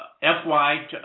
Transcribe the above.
FY